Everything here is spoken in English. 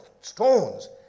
stones